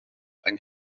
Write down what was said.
yng